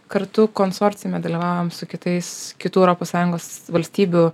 kartu konsorciume dalyvavom su kitais kitų europos sąjungos valstybių